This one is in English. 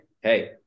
hey